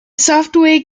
software